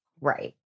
Right